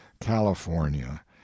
california